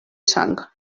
sang